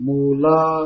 Mula